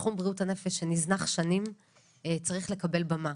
שתחום בריאות הנפש שנזנח שנים צריך לקבל במה.